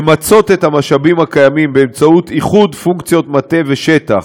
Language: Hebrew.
למצות את המשאבים הקיימים באמצעות איחוד פונקציות מטה ושטח,